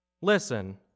listen